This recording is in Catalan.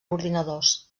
ordinadors